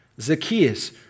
Zacchaeus